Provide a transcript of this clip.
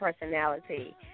personality